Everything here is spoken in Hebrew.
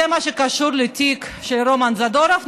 זה במה שקשור לתיק של רומן זדורוב.